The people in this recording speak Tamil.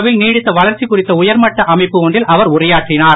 வில் நீடித்த வளர்ச்சி குறித்த உயர்மட்ட அமைப்பு ஒன்றில் அவர் உரையாற்றினார்